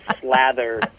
slather